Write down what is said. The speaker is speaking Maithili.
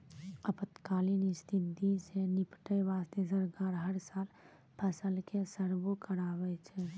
आपातकालीन स्थिति सॅ निपटै वास्तॅ सरकार हर साल फसल के सर्वें कराबै छै